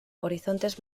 horizontes